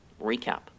recap